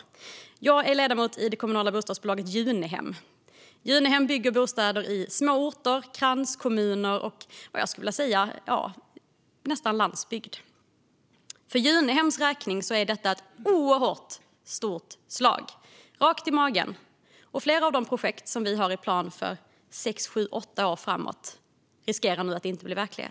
Själv är jag ledamot i det kommunala bostadsbolaget Junehem som bygger bostäder i små orter, kranskommuner och näst intill landsbygd. För Junehems räkning är detta ett oerhört hårt slag rakt i magen. Flera av de projekt som vi har planerat för under de kommande sex till åtta åren riskerar nu att inte bli verklighet.